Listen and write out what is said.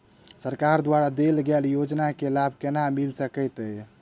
सरकार द्वारा देल गेल योजना केँ लाभ केना मिल सकेंत अई?